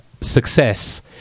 success